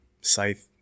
Scythe